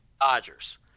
Dodgers